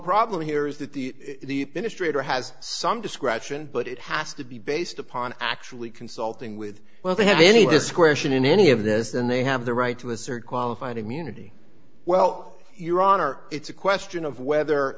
problem here is that the ministry has some discretion but it has to be based upon actually consulting with well they have any discretion in any of this and they have the right to assert qualified immunity well your honor it's a question of whether